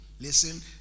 listen